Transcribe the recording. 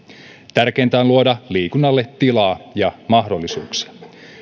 tärkeintä on luoda liikunnalle tilaa ja mahdollisuuksia